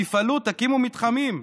תפעלו, תקימו מתחמים.